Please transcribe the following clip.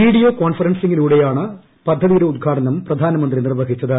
video കോൺഫറൻസിലൂടെയാണ് പദ്ധതിയുടെ ഉദ്ഘാടനം പ്രധാനമന്ത്രി നിവഹിച്ചത്